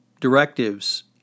directives